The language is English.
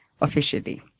officially